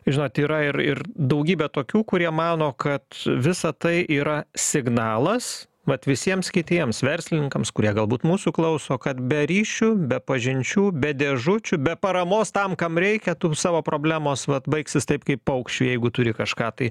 žinot yra ir ir daugybė tokių kurie mano kad visa tai yra signalas vat visiems kitiems verslininkams kurie galbūt mūsų klauso kad be ryšių be pažinčių be dėžučių be paramos tam kam reikia tu savo problemos vat baigsis taip kaip paukščiui jeigu turi kažką tai